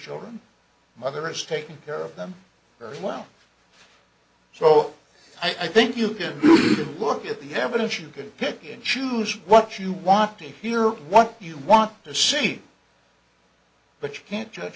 children mother is taking care of them very well so i think you get to look at the evidence you could pick and choose what you want to hear what you want to see but you can't judge